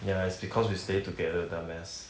ya it's because we stay together dumbass